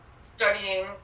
studying